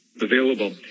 available